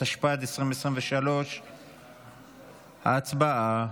התשפ"ד 2023. הצבעה.